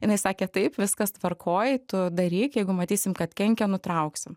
jinai sakė taip viskas tvarkoj tu daryk jeigu matysim kad kenkia nutrauksim